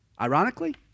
Ironically